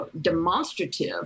demonstrative